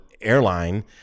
airline